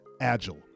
agile